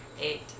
Eight